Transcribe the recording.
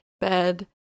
bed